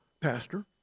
Pastor